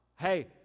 hey